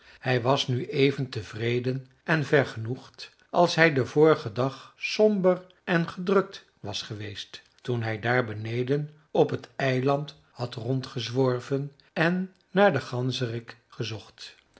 hij was nu even tevreden en vergenoegd als hij den vorigen dag somber en gedrukt was geweest toen hij daar beneden op het eiland had rondgezworven en naar den ganzerik gezocht